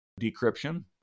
decryption